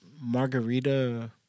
Margarita